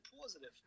positive